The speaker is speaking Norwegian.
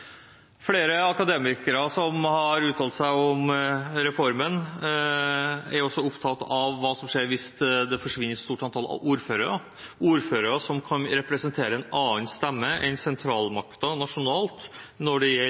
Flere akademikere som har uttalt seg om reformen, er også opptatt av hva som skjer hvis det forsvinner et stort antall ordførere – ordførere som kan representere en annen stemme enn sentralmakten nasjonalt når det gjelder